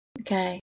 okay